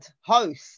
host